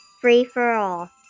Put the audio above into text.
free-for-all